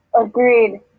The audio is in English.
Agreed